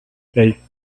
hey